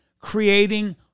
creating